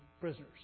prisoners